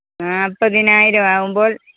നാൽപ്പതിനായിരം ആവുമ്പോള്